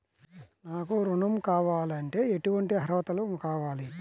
నాకు ఋణం కావాలంటే ఏటువంటి అర్హతలు కావాలి?